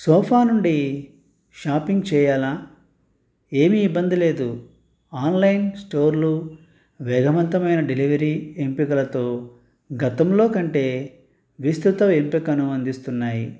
sofa నుండి shopping చేయాలా ఏమి ఇబ్బంది లేదు ఆన్లైన్ స్టోర్లు వేగవంతమైన డెలివరీ ఎంపికలతో గతంలో కంటే విస్తృత ఎంపికను అందిస్తున్నాయి